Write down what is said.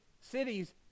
cities